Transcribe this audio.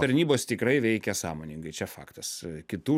tarnybos tikrai veikia sąmoningai čia faktas kitų